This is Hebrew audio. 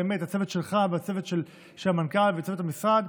באמת הצוות שלך, הצוות של המנכ"ל וצוות המשרד,